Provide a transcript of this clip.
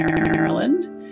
Maryland